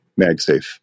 magsafe